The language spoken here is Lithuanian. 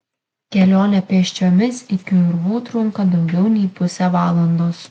kelionė pėsčiomis iki urvų trunka daugiau nei pusę valandos